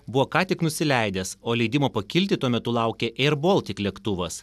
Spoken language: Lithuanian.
buvo ką tik nusileidęs o leidimo pakilti tuo metu laukė eir boltik lėktuvas